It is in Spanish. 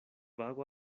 vago